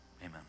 Amen